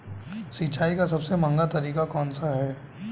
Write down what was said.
सिंचाई का सबसे महंगा तरीका कौन सा है?